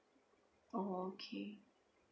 oh okay